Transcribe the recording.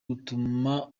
utuma